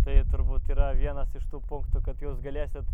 tai turbūt yra vienas iš tų punktų kad jūs galėsit